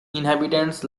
inhabitants